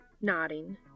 Nodding